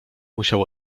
musiał